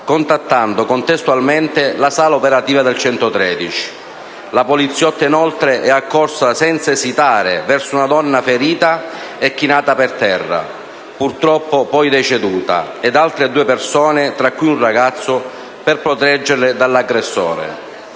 contattando contestualmente la sala operativa del 113. La poliziotta, inoltre, è accorsa senza esitare verso una donna ferita e chinata per terra, purtroppo poi deceduta, ed altre due persone, tra cui un ragazzo, per proteggerle dall'aggressore.